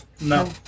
No